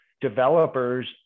developers